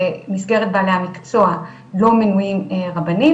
במסגרת בעלי המקצוע לא מנויים רבנים,